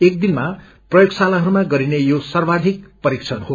एकदिनमा प्रयागशालाहरूमा गरिने यो सर्वाधिक परीक्षण हो